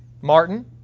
Martin